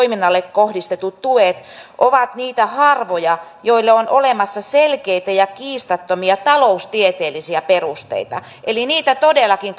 kohdistetut tuet ovat niitä harvoja joille on olemassa selkeitä ja kiistattomia taloustieteellisiä perusteita eli niitä todellakin